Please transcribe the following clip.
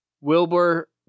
Wilbur